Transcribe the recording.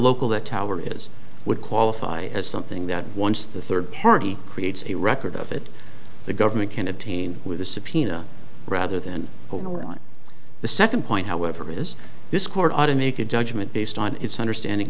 local that tower is would qualify as something that once the third party creates a record of it the government can obtain with a subpoena rather than who are on the second point however is this court to make a judgment based on its understanding